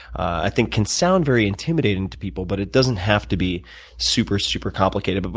i think, can sound very intimidating to people, but it doesn't have to be super, super complicated. but but